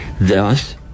Thus